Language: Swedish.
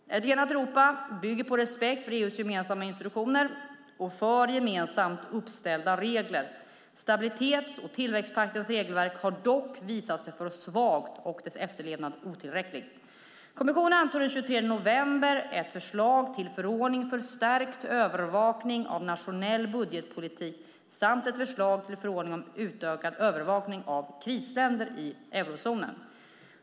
Ett enat Europa bygger på respekt för EU:s gemensamma institutioner och för gemensamt uppställda regler. Stabilitets och tillväxtpaktens regelverk har dock visat sig för svagt och dess efterlevnad otillräcklig. Kommissionen antog den 23 november ett förslag till förordning för stärkt övervakning av nationell budgetpolitik och ett förslag till förordning om utökad övervakning av krisländer i eurozonen.